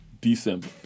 December